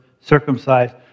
circumcised